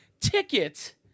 ticket